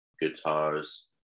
guitars